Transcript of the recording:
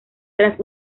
tras